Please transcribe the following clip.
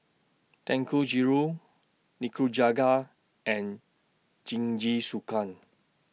Dangojiru Nikujaga and Jingisukan